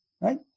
right